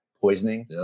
poisoning